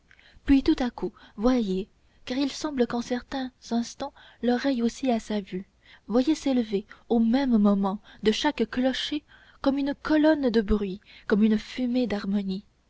puis tout à coup voyez car il semble qu'en certains instants l'oreille aussi a sa vue voyez s'élever au même moment de chaque clocher comme une colonne de bruit comme une fumée d'harmonie